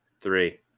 three